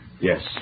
Yes